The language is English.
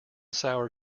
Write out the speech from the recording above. sour